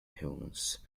humans